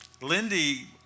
Lindy